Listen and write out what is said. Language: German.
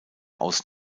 aus